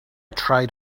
tried